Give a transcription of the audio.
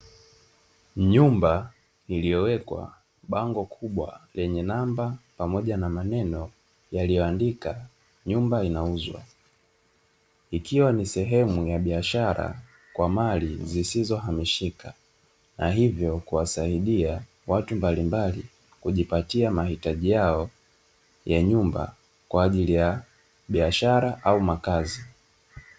Nyumba iliyowekwa bango kubwa lenye namba pamoja na maneno yaliyoandika "nyumba inauzwa", ikiwa ni sehemu ya biashara kwa mali zisizohamishika na hivyo kuwasaidia watu mbalimbali kujipatia mahitaji yao ya nyumba kwa ajili ya biashara au makazi.